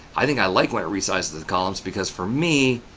i think i like when it resizes the columns because for me,